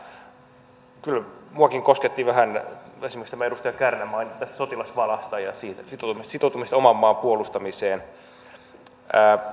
kyllä minuakin kosketti vähän esimerkiksi tämä mistä edustaja kärnä mainitsi tämä sotilasvala ja sitoutuminen oman maan puolustamiseen